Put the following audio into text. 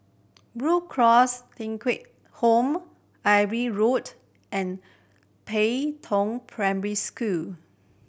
Blue Cross Thong Kheng Home Irving Road and Pei Tong Primary School